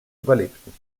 überlebten